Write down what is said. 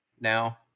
now